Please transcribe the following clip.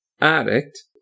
addict